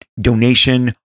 donation